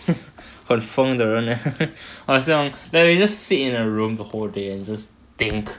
很疯的人 leh 好像 like you just sit in a room the whole day and just think